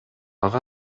ага